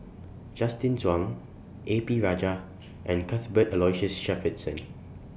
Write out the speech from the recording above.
Justin Zhuang A P Rajah and Cuthbert Aloysius Shepherdson